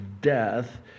death